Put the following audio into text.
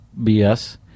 BS